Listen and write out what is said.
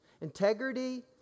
Integrity